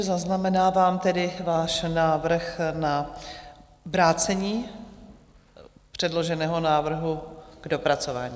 Zaznamenávám tedy váš návrh na vrácení předloženého návrhu k dopracování.